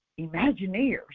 Imagineers